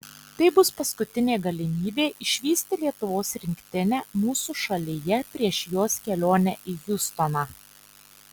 tai bus paskutinė galimybė išvysti lietuvos rinktinę mūsų šalyje prieš jos kelionę į hjustoną